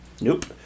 Nope